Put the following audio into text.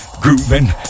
grooving